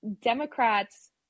Democrats